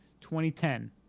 2010